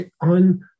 on